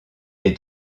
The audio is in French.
est